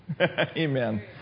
Amen